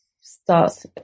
starts